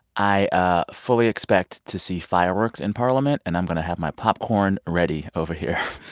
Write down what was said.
i ah fully expect to see fireworks in parliament. and i'm going to have my popcorn ready over here